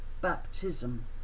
baptism